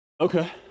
Okay